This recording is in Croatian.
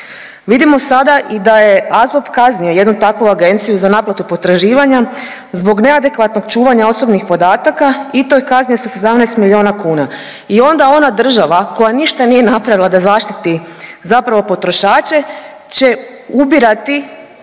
Vidimo sada i da je AZOP kaznio jednu takvu agenciju za naplatu potraživanja zbog neadekvatnog čuvanja osobnih podataka i to je kaznio sa 17 miliona kuna. I onda ona država koja ništa nije napravila da zaštiti zapravo potrošače će ubirati